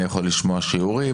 אני יכול לשמוע שיעורים,